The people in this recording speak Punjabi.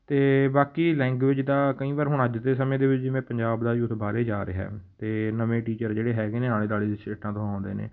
ਅਤੇ ਬਾਕੀ ਲੈਂਗੂਏਜ ਦਾ ਕਈ ਵਾਰ ਹੁਣ ਅੱਜ ਦੇ ਸਮੇਂ ਦੇ ਵਿੱਚ ਜਿਵੇਂ ਪੰਜਾਬ ਦਾ ਯੂਥ ਬਾਹਰ ਜਾ ਰਿਹਾ ਅਤੇ ਨਵੇਂ ਟੀਚਰ ਜਿਹੜੇ ਹੈਗੇ ਨੇ ਆਲੇ ਦੁਆਲੇ ਦੀ ਸਟੇਟਟਾਂ ਤੋਂ ਆਉਂਦੇ ਨੇ